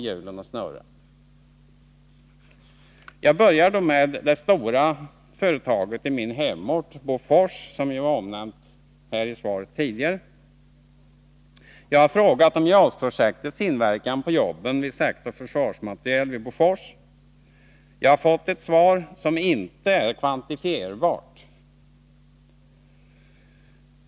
Jag börjar med det stora företaget på min hemort, Bofors, som ju omnämnts i industriministerns svar. Jag har frågat om JAS-projektets inverkan på jobben inom sektor försvarsmateriel vid Bofors. Jag har fått ett svar som inte är kvantifierbart.